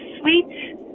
sweet